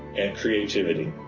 and creativity